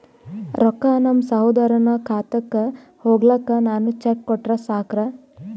ರೊಕ್ಕ ನಮ್ಮಸಹೋದರನ ಖಾತಕ್ಕ ಹೋಗ್ಲಾಕ್ಕ ನಾನು ಚೆಕ್ ಕೊಟ್ರ ಸಾಕ್ರ?